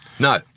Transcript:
No